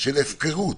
של הפקרות.